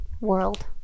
world